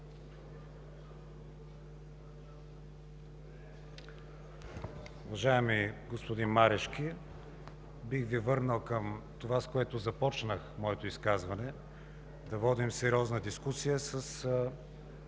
Уважаеми господин Марешки, бих Ви върнал към това, с което започнах моето изказване – да водим сериозна дискусия с